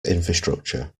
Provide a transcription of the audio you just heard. infrastructure